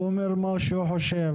הוא אומר מה שהוא חושב.